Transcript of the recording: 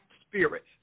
spirit